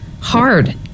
hard